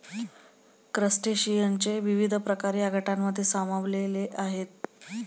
क्रस्टेशियनचे विविध प्रकार या गटांमध्ये सामावलेले आहेत